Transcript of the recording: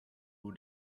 who